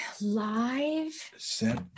live